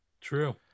True